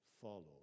follow